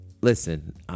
Listen